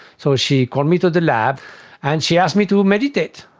so she called me to the lab and she asked me to meditate.